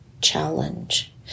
challenge